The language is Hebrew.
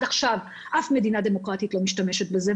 עכשיו אף מדינה דמוקרטית לא משתמשת בזה.